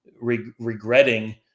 regretting